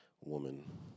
woman